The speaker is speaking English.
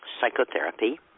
psychotherapy